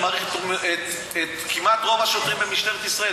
אני מעריך כמעט, את רוב השוטרים במשטרת ישראל.